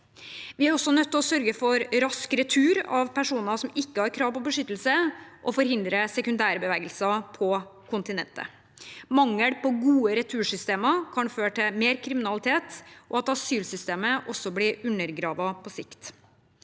Vi er også nødt til å sørge for rask retur av personer som ikke har krav på beskyttelse, og forhindre sekundærbevegelser på kontinentet. Mangel på gode retursystemer kan føre til mer kriminalitet og at asylsystemet også blir undergravet på sikt.